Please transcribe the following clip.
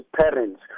parents